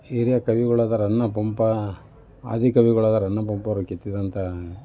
ಹಿರಿಯ ಕವಿಗಳಾದ ರನ್ನ ಪಂಪ ಆದಿ ಕವಿಗಳಾದ ರನ್ನ ಪಂಪರು ಕೆತ್ತಿದಂತಹ